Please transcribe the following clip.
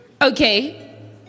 Okay